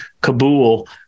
Kabul